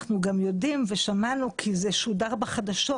אנחנו גם יודעים, ושמענו כי זה שודר בחדשות